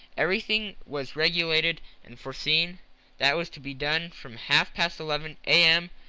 everything was regulated and foreseen that was to be done from half-past eleven a m.